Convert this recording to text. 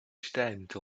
stamped